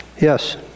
Yes